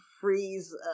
freeze